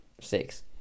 six